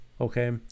okay